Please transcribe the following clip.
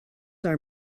are